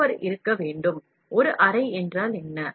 அந்த ஓப்பேர் இங்கு அறை என்று கருதப்படுகிறது